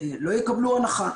לא יקבלו הנחה.